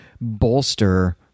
bolster